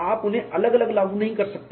आप उन्हें अलग अलग लागू नहीं कर सकते